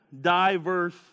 diverse